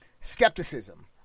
skepticism